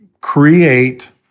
create